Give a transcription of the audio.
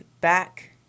back